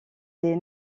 des